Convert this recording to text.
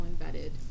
embedded